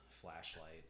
flashlight